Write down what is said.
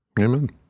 Amen